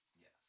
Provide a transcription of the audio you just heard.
yes